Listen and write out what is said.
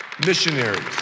missionaries